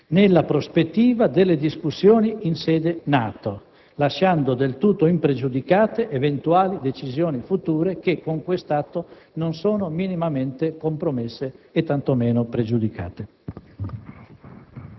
nella prospettiva delle discussioni in sede NATO, lasciando del tutto impregiudicate eventuali decisioni future che, con quest'atto, non sono minimamente compromesse e tanto meno pregiudicate.